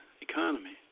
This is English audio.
economy